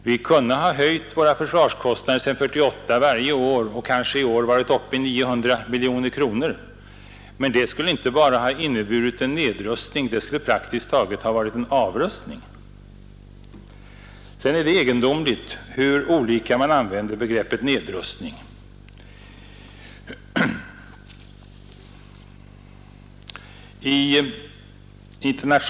Vi kunde ha höjt våra försvarskostnader sedan 1948 varje år och kanske i år varit uppe i 900 miljoner kronor, men det skulle i så fall inte bara ha inneburit en nedrustning utan praktiskt taget ha varit en avrustning. Det är egendomligt hur olika man kan använda begreppet nedrustning.